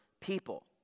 people